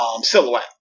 silhouette